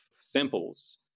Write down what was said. samples